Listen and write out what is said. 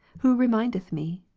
who remindeth me?